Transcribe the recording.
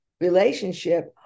relationship